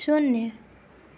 शून्य